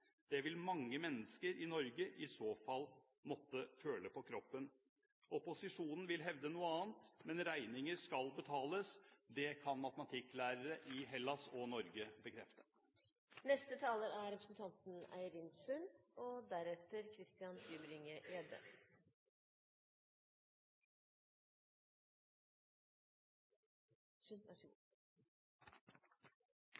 Det vil mange mennesker i Norge i så fall måtte føle på kroppen. Opposisjonen vil hevde noe annet, men regninger skal betales. Det kan matematikklærere i Hellas og Norge bekrefte. Sett i et større perspektiv, der Norge er en del av verden og